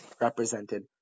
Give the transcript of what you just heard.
represented